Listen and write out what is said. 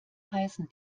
heißen